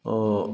और